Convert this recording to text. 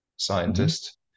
scientist